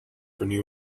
renew